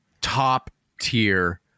top-tier